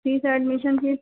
ठीक है एडमिशन की